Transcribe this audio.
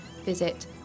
visit